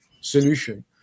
solution